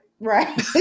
right